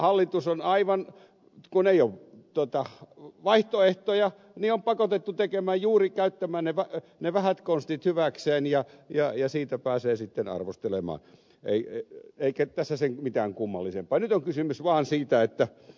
hallitus kun ei ole vaihtoehtoja on pakotettu käyttämään juuri ne vähät konstit hyväkseen ja siitä pääsee sitten arvostelemaan eikä tässä ole mitään kummallisen pari on kysymys vaan sen kummallisempaa